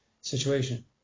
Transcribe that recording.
situation